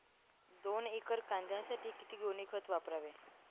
दोन एकर कांद्यासाठी किती गोणी खत वापरावे?